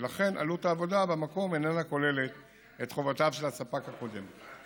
ולכן עלות העבודה במקום אינה כוללת את חובותיו של הספק הקודם.